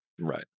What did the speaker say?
right